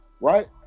right